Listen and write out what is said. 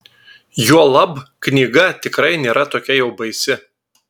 juolab knyga tikrai nėra tokia jau baisi